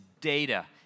data